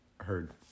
heard